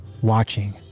watching